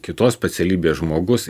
kitos specialybės žmogus